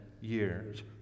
years